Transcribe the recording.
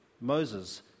Moses